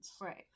Right